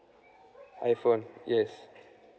iphone yes